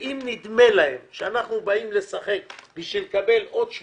ואם נדמה להם שאנחנו באים לשחק כדי לקבל עוד 17